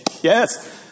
Yes